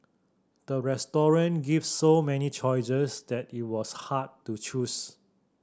the restaurant gave so many choices that it was hard to choose